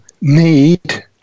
need